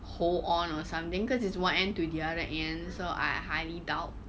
hold on or something cause is one end to the other end so I highly doubt